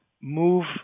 move